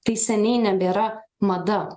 tai seniai nebėra mada